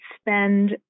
spend